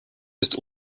ist